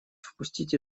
впустите